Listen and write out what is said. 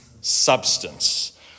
substance